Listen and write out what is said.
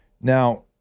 Now